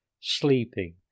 Sleeping